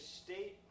state